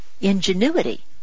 Ingenuity